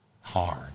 Hard